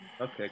Okay